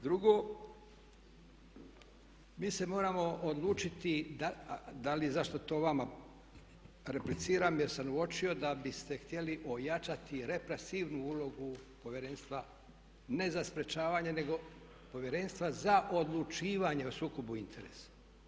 Drugo, mi se moramo odlučiti da li, zašto to vama repliciram, jer sam uočio da biste htjeli ojačati represivnu ulogu Povjerenstva ne za sprječavanje nego Povjerenstva za odlučivanje o sukobu interesa.